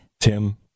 Tim